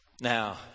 Now